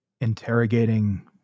interrogating